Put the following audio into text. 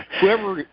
whoever